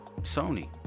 Sony